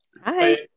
Hi